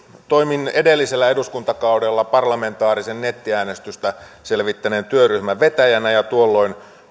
toimin edellisellä eduskuntakaudella parlamentaarisen nettiäänestystä selvittäneen työryhmän vetäjänä ja tuolloin